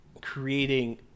creating